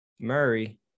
Murray